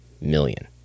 million